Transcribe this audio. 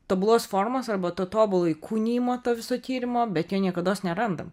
tobulos formos arba to tobulo įkūnijimo to viso tyrimo bet jo niekados nerandam